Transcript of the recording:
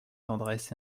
tendresse